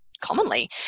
commonly